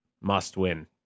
must-win